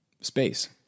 space